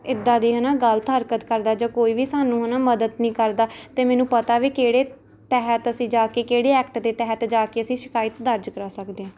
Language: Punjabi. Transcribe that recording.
ਇੱਦਾਂ ਦੀ ਹੈ ਨਾ ਗਲਤ ਹਰਕਤ ਕਰਦਾ ਜਾਂ ਕੋਈ ਵੀ ਸਾਨੂੰ ਹੈ ਨਾ ਮਦਦ ਨਹੀਂ ਕਰਦਾ ਅਤੇ ਮੈਨੂੰ ਪਤਾ ਵੀ ਕਿਹੜੇ ਤਹਿਤ ਅਸੀਂ ਜਾ ਕੇ ਕਿਹੜੇ ਐਕਟ ਦੇ ਤਹਿਤ ਜਾ ਕੇ ਅਸੀਂ ਸ਼ਿਕਾਇਤ ਦਰਜ ਕਰਾ ਸਕਦੇ ਹਾਂ